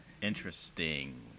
Interesting